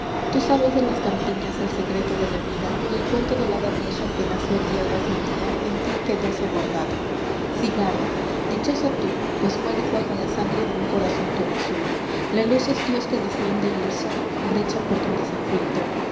tú sabes de las campiñas el secreto de la vida y el cuento del hada vieja que nacer hierba sentía en ti quedóse guardado cigarra dichosa tú pues mueres bajo la sangre ee un corazón todo azul biblioteca nacional de españa la luz es dios que desciende y el sol brecha por donde se filtra